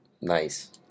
Nice